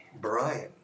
Brian